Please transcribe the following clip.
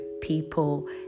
people